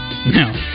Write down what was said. No